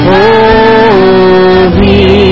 Holy